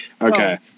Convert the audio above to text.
okay